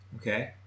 Okay